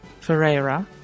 Ferreira